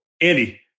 Andy